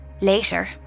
Later